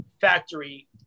factory